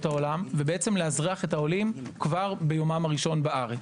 העולם ולאזרח את העולים כבר ביומם הראשון בארץ.